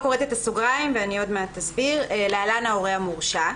ההורה המורשע),